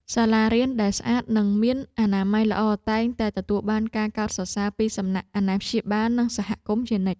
សាលារៀនដែលស្អាតនិងមានអនាម័យល្អតែងតែទទួលបានការកោតសរសើរពីសំណាក់អាណាព្យាបាលនិងសហគមន៍ជុំវិញ។